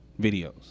videos